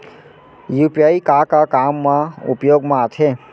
UPI का का काम मा उपयोग मा आथे?